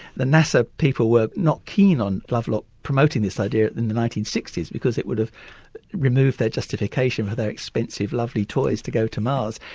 the nasa people were not keen on promoting this idea in the nineteen sixty s because it would have removed their justification for their expensive lovely toys to go to mars.